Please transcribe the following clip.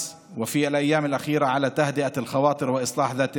ובמהלך הימים האחרונים להרגעת הרוחות ולפיוס,